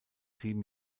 sieben